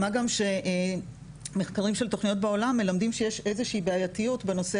מה גם שמחקרים של תוכניות בעולם מלמדים שיש איזושהי בעייתיות בנושא